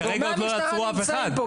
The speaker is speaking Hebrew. גורמי המשטרה נמצאים כאן.